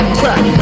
crack